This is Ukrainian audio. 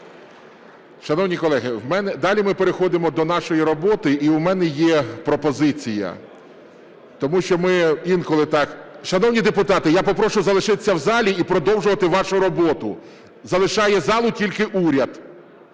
Шановні колеги, далі ми переходимо до нашої роботи. І в мене є пропозиція, тому що ми інколи так... Шановні депутати, я попрошу залишитися в залі і продовжувати вашу роботу! Залишає залу тільки уряд,